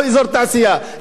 אין לך מבני ציבור,